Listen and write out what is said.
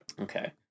okay